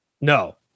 no